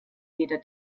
weder